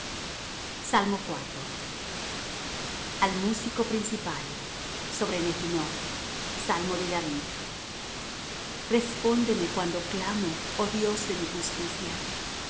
bendición selah al músico principal sobre neginoth salmo de david respondeme cuando clamo oh dios de mi justicia